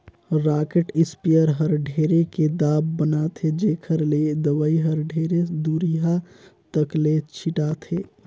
rocking sprayer हर ढेरे के दाब बनाथे जेखर ले दवई हर ढेरे दुरिहा तक ले छिटाथे